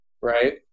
Right